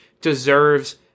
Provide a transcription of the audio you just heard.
deserves